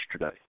yesterday